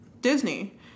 disney